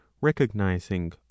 recognizing